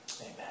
Amen